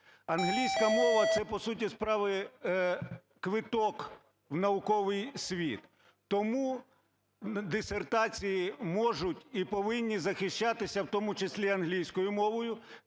Англійська мова – це, по суті справи, квиток у науковий світ. Тому дисертації можуть і повинні захищатися, в тому числі, англійською мовою,